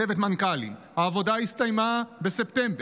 צוות מנכ"לים, העבודה הסתיימה בספטמבר.